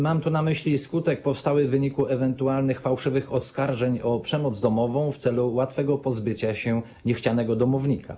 Mam tu na myśli skutek powstały w wyniku ewentualnych fałszywych oskarżeń o przemoc domową w celu łatwego pozbycia się niechcianego domownika.